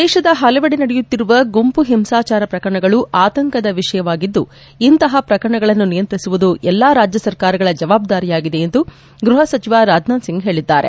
ದೇಶದ ಪಲವೆಡೆ ನಡೆಯುತ್ತಿರುವ ಗುಂಪು ಹಿಂಸಾಚಾರ ಪ್ರಕರಣಗಳು ಆತಂಕದ ವಿಷಯವಾಗಿದ್ದು ಇಂತಹ ಪ್ರಕರಣಗಳನ್ನು ನಿಯಂತ್ರಿಸುವುದು ಎಲ್ಲಾ ರಾಜ್ಯ ಸರ್ಕಾರಗಳ ಜವಾಬ್ದಾರಿಯಾಗಿದೆ ಎಂದು ಗೃಹ ಸಚಿವ ರಾಜನಾಥ್ಸಿಂಗ್ ಹೇಳಿದ್ದಾರೆ